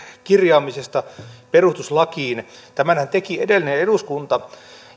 kirjaamisesta perustuslakiin tämänhän teki edellinen eduskunta